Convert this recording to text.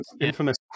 infamous